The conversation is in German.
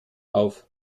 auf